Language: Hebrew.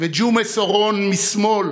וג'ומס אורון משמאל